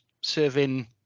serving